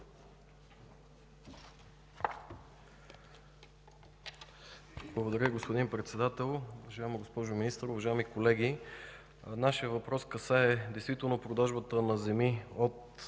Благодаря, господин Председател. Уважаема госпожо Министър, уважаеми колеги! Нашият въпрос касае действително продажбата на земи от